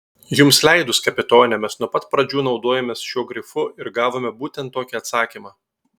jums leidus kapitone mes nuo pat pradžių naudojomės šiuo grifu ir gavome būtent tokį atsakymą